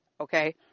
okay